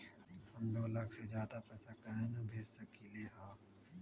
हम दो लाख से ज्यादा पैसा काहे न भेज सकली ह?